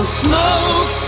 smoke